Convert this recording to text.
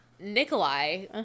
Nikolai